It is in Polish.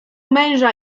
męża